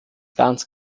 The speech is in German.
ganz